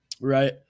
Right